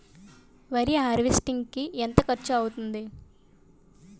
వరి హార్వెస్టింగ్ కి ఎంత ఖర్చు అవుతుంది?